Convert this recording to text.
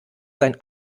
sein